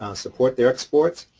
um support their exports.